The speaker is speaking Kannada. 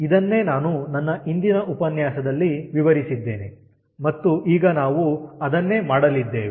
ಇದನ್ನೇ ನಾನು ನನ್ನ ಹಿಂದಿನ ಉಪನ್ಯಾಸದಲ್ಲಿ ವಿವರಿಸಿದ್ದೇನೆ ಮತ್ತು ಈಗ ನಾವು ಅದನ್ನೇ ಮಾಡಲಿದ್ದೇವೆ